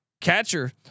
catcher